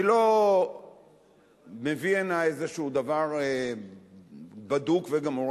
אני לא מביא הנה איזשהו דבר בדוק וגמור,